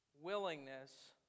willingness